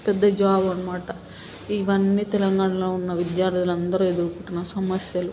పెద్ద జాబ్ అన్నమాట ఇవన్నీ తెలంగాణలో ఉన్న విద్యార్థులందరూ ఎదుర్కొంటున్న సమస్యలు